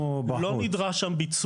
ומה שעולה לנו היום איקס כסף,